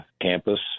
campus